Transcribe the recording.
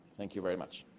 thank you very much.